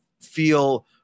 feel